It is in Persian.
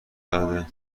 نداده